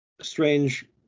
strange